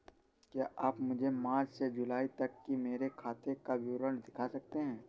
क्या आप मुझे मार्च से जूलाई तक की मेरे खाता का विवरण दिखा सकते हैं?